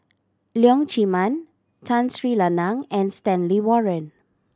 Leong Chee Mun Tun Sri Lanang and Stanley Warren